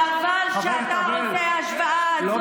חבל שאתה עושה את ההשוואה הזאת.